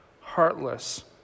heartless